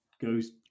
goes